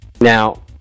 now